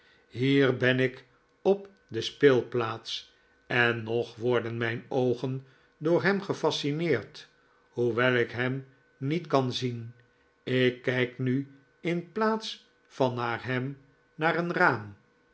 hier ben ik op de speelplaats en nog worden mijn oogen door hem gefascineerd hoewel ik hem niet kan zien ik kijk nu in plaats van naar hem naar een raam